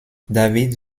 david